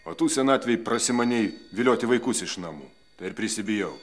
o tu senatvėj prasimanei vilioti vaikus iš namų tai ir prisibijau